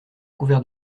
couverts